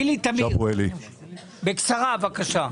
גילי תמיר, בקצרה, בבקשה.